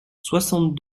soixante